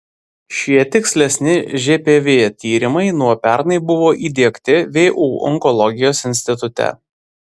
šie tikslesni žpv tyrimai nuo pernai buvo įdiegti vu onkologijos institute